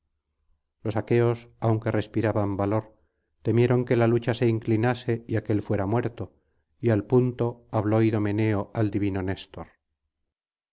los aqueos aunque respiraban valor temieron que la lucha se inclinase y aquél fuera muerto y al punto habló idomeneo al divino néstor